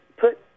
put